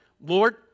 Lord